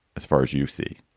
as far as you see?